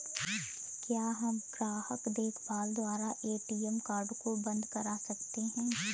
क्या हम ग्राहक देखभाल द्वारा ए.टी.एम कार्ड को बंद करा सकते हैं?